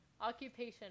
Occupation